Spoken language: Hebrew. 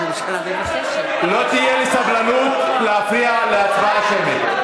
לא תהיה לי סבלנות להפרעה להצבעה שמית.